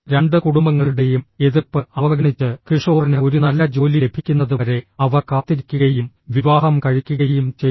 രണ്ട് കുടുംബങ്ങളുടെയും എതിർപ്പ് അവഗണിച്ച് കിഷോറിന് ഒരു നല്ല ജോലി ലഭിക്കുന്നതുവരെ അവർ കാത്തിരിക്കുകയും വിവാഹം കഴിക്കുകയും ചെയ്തു